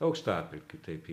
aukštapelkių taip